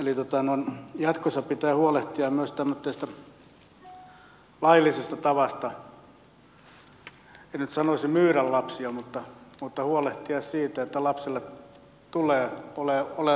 eli jatkossa pitää huolehtia myös tämmöisestä laillisesta tavasta en nyt sanoisi myydä lapsia mutta huolehtia siitä että lapsella tulee olemaan jatkossakin rakastavat vanhemmat